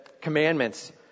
commandments